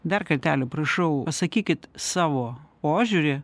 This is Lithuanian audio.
dar kartelį prašau pasakykit savo požiūrį